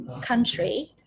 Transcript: country